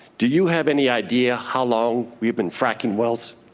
do you have any idea how long we've been fracking wells?